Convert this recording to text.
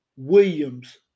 Williams